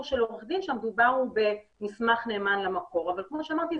של עורך דין שהמדובר הוא במסמך נאמן למקור אבל כמו שאמרתי,